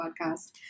podcast